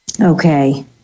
Okay